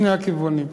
בשני הכיוונים.